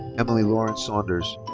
emily lauren saunders.